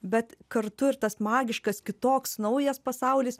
bet kartu ir tas magiškas kitoks naujas pasaulis